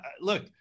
Look